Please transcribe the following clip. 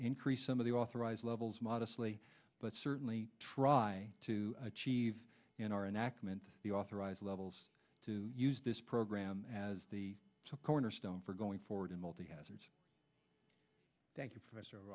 increase some of the authorized levels modestly but certainly try to achieve in our enactment of the authorized levels to use this program as the cornerstone for going forward in multi hazards thank you professor